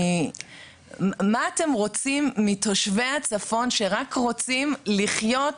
מה אתם רוצים מתושבי הצפון שרק רוצים לחיות,